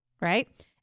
right